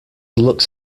looks